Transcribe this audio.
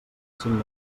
cinc